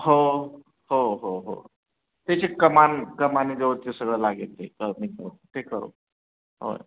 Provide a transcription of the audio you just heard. हो हो हो हो त्याचे कमान कमानीजवळ ते सगळं लागेल ते ते करू होय